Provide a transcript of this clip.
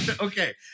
Okay